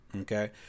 Okay